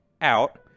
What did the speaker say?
out